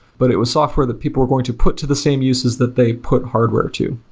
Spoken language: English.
but it was software that people were going to put to the same uses that they put hardware to.